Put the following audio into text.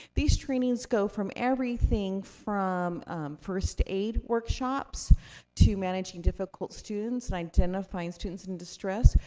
these trainings go from everything from first aid workshops to managing difficult students, and identifying students in distress,